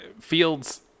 fields